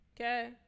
Okay